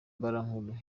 mbarankuru